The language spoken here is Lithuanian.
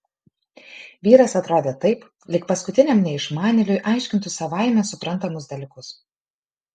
vyras atrodė taip lyg paskutiniam neišmanėliui aiškintų savaime suprantamus dalykus